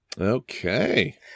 Okay